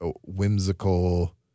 whimsical